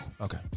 Okay